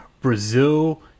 Brazil